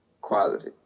quality